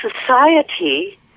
society